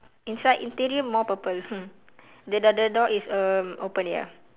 inside interior more purple the door the door is err open ya